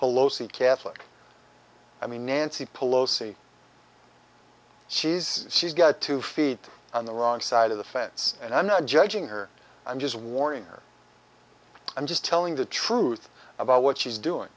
pelosi catholic i mean nancy pelosi she's she's got two feet on the wrong side of the fence and i'm not judging her i'm just warning her i'm just telling the truth about what she's doing